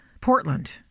Portland